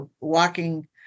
walking